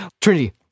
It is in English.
Trinity